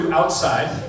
outside